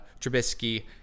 Trubisky